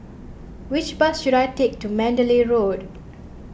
which bus should I take to Mandalay Road